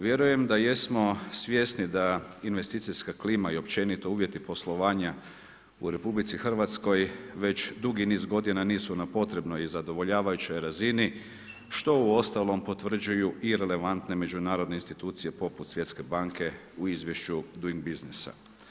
Vjerujem da jesmo svjesni da investicijska klima i općenito uvjeti poslovanja u RH već dugi niz godina nisu na potrebnoj i zadovoljavajućoj razini što uostalom potvrđuju i relevantne međunarodne institucije poput Svjetske banke u izvješću Doing Businessa.